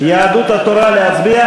משרד ראש הממשלה (המטה הקיברנטי הלאומי,